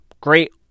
Great